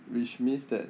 which means that